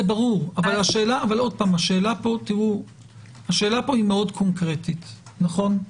זה ברור, אבל השאלה פה היא מאוד קונקרטית, נכון?